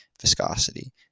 viscosity